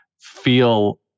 feel